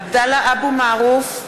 עבדאללה אבו מערוף,